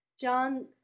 John